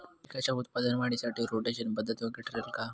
पिकाच्या उत्पादन वाढीसाठी रोटेशन पद्धत योग्य ठरेल का?